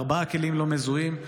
ארבעה כלים לא מזוהים.